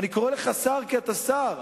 ואני קורא לך שר, כי אתה שר.